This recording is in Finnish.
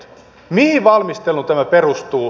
mihin valmisteluun tämä perustuu